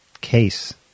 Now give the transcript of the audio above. case